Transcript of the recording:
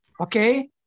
Okay